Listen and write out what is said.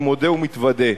אני מודה ומתוודה.